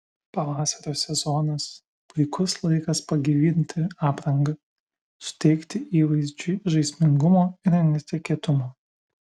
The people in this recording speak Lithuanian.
pavasario sezonas puikus laikas pagyvinti aprangą suteikti įvaizdžiui žaismingumo ir netikėtumo